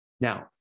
Now